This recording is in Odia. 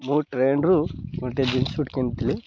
ମୁଁ ଟ୍ରେନ୍ରୁ ଗୋଟେ ଜିନ୍ ସୁଟ୍ କିଣିଥିଲି